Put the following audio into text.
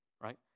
right